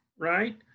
right